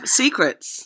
secrets